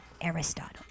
Aristotle